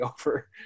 over